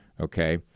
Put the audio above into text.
Okay